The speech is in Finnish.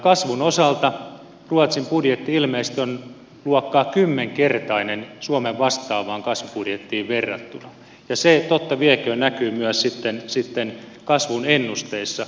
kasvun osalta ruotsin budjetti ilmeisesti on luokkaa kymmenkertainen suomen vastaavaan kasvubudjettiin verrattuna ja se totta vieköön näkyy myös sitten kasvun ennusteessa